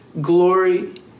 glory